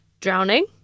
drowning